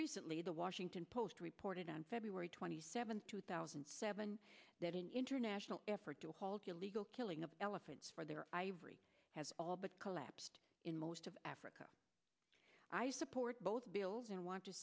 recently the washington post reported on feb twenty seventh two thousand and seven that an international effort to halt illegal killing of elephants for their ivory has all but collapsed in most of africa i support both bills and want to